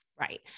Right